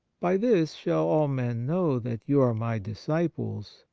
by this shall all men know that you are my disciples,